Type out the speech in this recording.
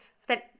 Spent